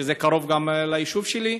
זה קרוב ליישוב שלי.